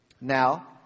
now